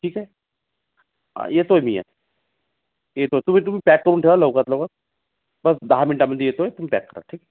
ठीक आहे येतो आहे मी या येतो तुम्ही तुम्ही पॅक करून ठेवा लवकरात लवकर बस दहा मिनटामध्ये येतो आहे तुम्ही पॅक करा ठीक